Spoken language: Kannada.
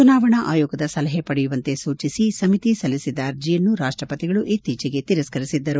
ಚುನಾವಣಾ ಆಯೋಗದ ಸಲಹೆ ಪಡೆಯುವಂತೆ ಸೂಚಿಸಿ ಸಮಿತಿ ಸಲ್ಲಿಸಿದ್ದ ಅರ್ಜೆಯನ್ನು ರಾಷ್ಟಪತಿಗಳು ಇತ್ತೀಚೆಗೆ ತಿರಸ್ಕರಿಸಿದ್ದರು